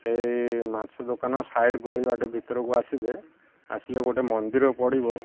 ସେଇ ମାଛ ଦୋକାନ ସାଇଟ୍ ଗଳିବାଟେ ଭିତରକୁ ଆସିବେ ଆସିଲେ ଗୋଟେ ମନ୍ଦିର ପଡ଼ିବ